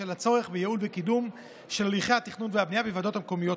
בשל הצורך בייעול וקידום של הליכי התכנון והבנייה בוועדות המקומיות,